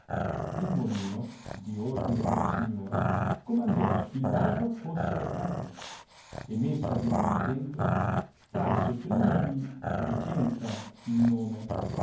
il molino di ordine della signora comandò il vaso fosse recato e messavi la mano dentro trasse prima di vicenza il nome